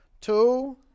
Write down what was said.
two